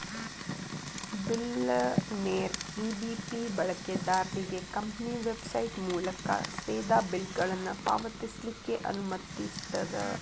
ಬಿಲ್ಲರ್ನೇರ EBP ಬಳಕೆದಾರ್ರಿಗೆ company website ಮೂಲಕಾ ಸೇದಾ ಬಿಲ್ಗಳನ್ನ ಪಾವತಿಸ್ಲಿಕ್ಕೆ ಅನುಮತಿಸ್ತದ